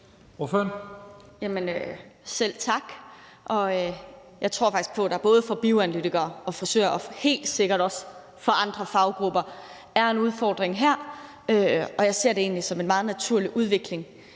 Selv tak. Jeg tror faktisk på, at der både for bioanalytikere, frisører og helt sikkert også for andre faggrupper er en udfordring her, og jeg ser det egentlig som en meget naturlig udvikling